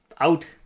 Out